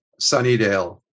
Sunnydale